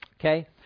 Okay